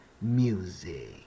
music